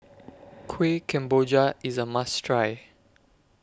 Kueh Kemboja IS A must Try